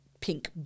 pink